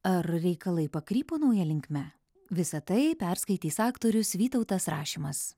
ar reikalai pakrypo nauja linkme visa tai perskaitys aktorius vytautas rašimas